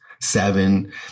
seven